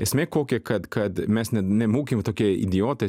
esmė kokia kad kad mes net nebūkim tokie idiotai